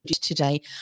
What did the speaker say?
today